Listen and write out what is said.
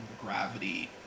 gravity